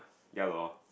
ya lor